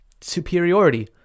superiority